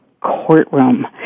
courtroom